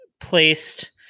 placed